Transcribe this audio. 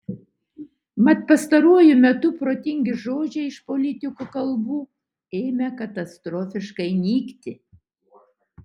mat pastaruoju metu protingi žodžiai iš politikų kalbų ėmė katastrofiškai nykti